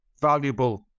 valuable